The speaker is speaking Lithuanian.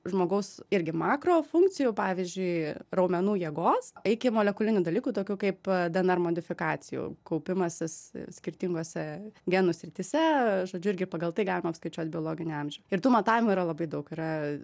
žmogaus irgi makro funkcijų pavyzdžiui raumenų jėgos iki molekulinių dalykų tokių kaip dnr modifikacijų kaupimasis skirtingose genų srityse žodžiu irgi pagal tai galima apskaičiuot biologinį amžių ir tų matavimų yra labai daug yra